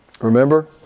Remember